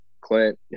Clint